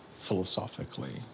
philosophically